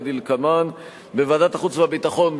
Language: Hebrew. כדלקמן: בוועדת החוץ והביטחון,